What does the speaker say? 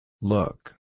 Look